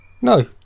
No